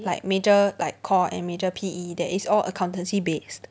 like major like core and major P_E that is all accountancy based